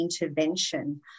intervention